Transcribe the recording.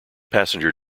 passenger